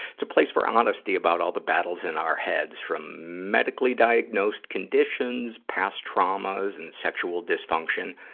it's a place for honesty about all the battles in our heads from medically-diagnosed conditions, past traumas and sexual dysfunction,